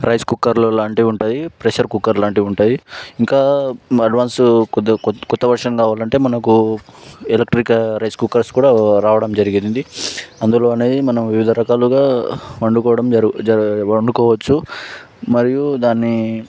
rice cooker లాంటివి ఉంటాయి pressure cooker లాంటివి ఉంటాయి ఇంకా అడ్వాన్స్ కొత్త కొత్త వర్షన్ కావాలంటే మనకు ఎలక్ట్రికల్ రైస్ కుక్కర్ కూడా రావడం జరిగింది అందులోనే మనం వివిధ రకాలుగా వండుకోవడం జరుగు వండుకోవచ్చు మరియు దాన్ని